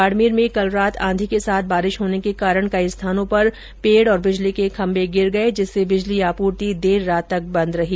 बाडमेर में कल रात आंधी के साथ बारिश होने के कारण कई स्थानों पर पेड और बिजली के खम्मे गिर गये जिससे बिजली आपूर्ति देररात तक बंद रही